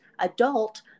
adult